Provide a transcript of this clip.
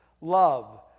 love